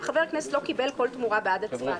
חבר הכנסת לא קיבל כל תמורה בעד הצבעתו,".